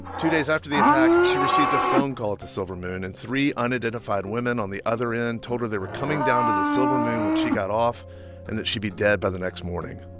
two days after the attack, and she received a phone call at the silver moon, and three unidentified women on the other end told her they were coming down to the silver moon when she got off and that she'd be dead by the next morning.